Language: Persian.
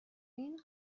این